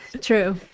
True